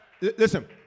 Listen